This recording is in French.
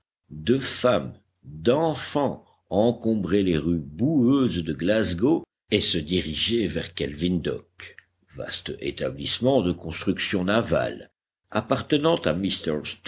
de femmes d'enfants encombrait les rues boueuses de glasgow et se dirigeait vers kelvin dock vaste établissement de constructions navales appartenant à